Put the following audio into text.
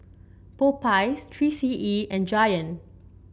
Popeyes Three C E and Giant